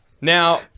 Now